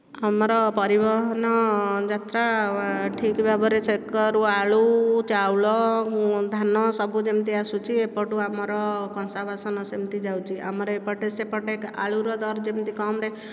ଆମର ପରିବହନ ଯାତ୍ରା ଠିକ୍ ଭାବରେ ସେକରୁ ଆଳୁ ଚାଉଳ ଧାନ ସବୁ ଯେମିତି ଆସୁଛି ଏପଟୁ ଆମର କଂସା ବାସନ ସେମିତି ଯାଉଛି ଆମର ଏପଟେ ସେପଟେ ଆଳୁର ଦର ଯେମିତି କମ୍ ରେ